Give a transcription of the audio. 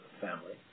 family